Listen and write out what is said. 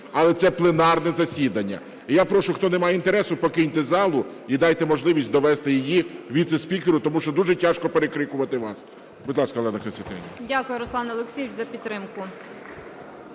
але це пленарне засідання. І я прошу, хто не має інтересу, покиньте залу і дайте можливість довести її віце-спікеру, тому що дуже тяжко перекрикувати вас. Будь ласка, Олено Костянтинівно. Веде засідання заступник